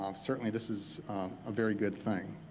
um certainly this is a very good thing.